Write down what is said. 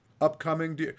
upcoming